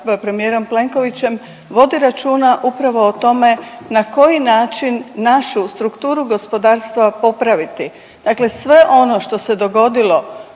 premijerom Plenkovićem vodi računa upravo o tome na koji način našu strukturu gospodarstva popraviti, dakle sve ono što se dogodilo